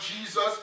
Jesus